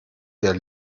der